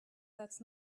that’s